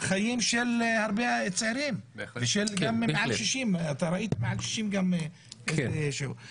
חיים של הרבה צעירים וגם של בני מעל גיל 60. לכן,